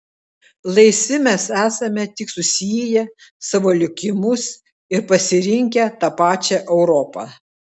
laisvi mes esame tik susieję savo likimus ir pasirinkę tą pačią europą